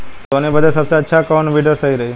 सोहनी बदे सबसे अच्छा कौन वीडर सही रही?